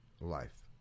Life